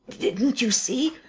didn't you see.